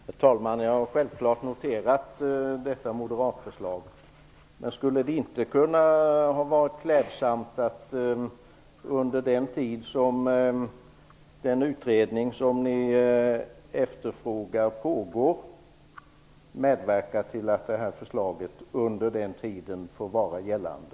Herr talman! Jag har självfallet noterat detta moderatförslag. Den utredning som ni efterfrågar pågår. Skulle det inte vara klädsamt om ni under den tiden kunde medverka till att det här förslaget får vara gällande?